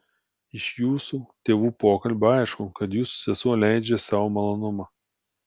iš jūsų tėvų pokalbio aišku kad jūsų sesuo leidžia sau malonumą